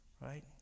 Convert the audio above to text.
right